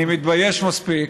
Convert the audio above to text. אני מתבייש מספיק.